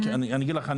אני אגיד לך.